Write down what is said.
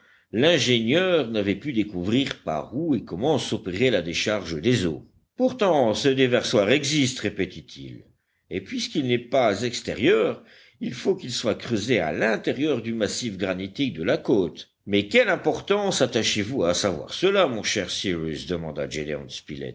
l'ingénieur n'avait pu découvrir par où et comment s'opérait la décharge des eaux pourtant ce déversoir existe répétait-il et puisqu'il n'est pas extérieur il faut qu'il soit creusé à l'intérieur du massif granitique de la côte mais quelle importance attachez-vous à savoir cela mon cher cyrus demanda